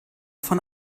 von